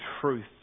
truth